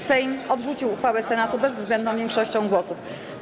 Sejm odrzucił uchwałę Senatu bezwzględną większością głosów.